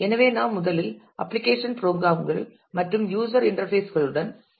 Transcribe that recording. எனவே நாம் முதலில் அப்ளிகேஷன் ப்ரோக்ராம் கள் மற்றும் யூஸர் இன்டர்பேஸ் களுடன் தொடங்குவோம்